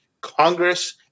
Congress